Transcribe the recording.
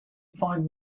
find